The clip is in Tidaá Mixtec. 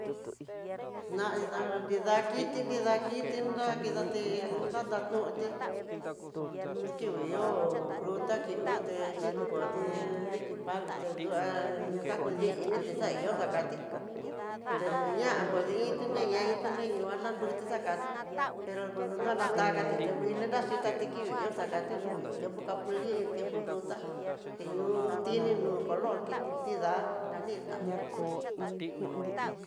Nati tá nrida kiti nridá, kiti kidati nráta nuti, no kinguihó fruta ki huté, xhikoduti diki palo dakudi initi xakudió xa'á kati tenuña'a poniiniti neña iti nruana nru xakaté, pero no natakate ku nguilí nra xhitati kivii yo'ó xakati tiempo capulin tiempo frutá, ti ihó tini no color tidá'a nani natí.